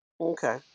Okay